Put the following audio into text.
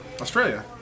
australia